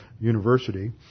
University